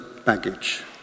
baggage